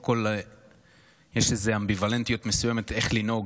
קודם כול יש איזו אמביוולנטיות מסוימת איך לנהוג,